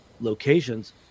locations